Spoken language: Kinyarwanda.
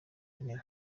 w’intebe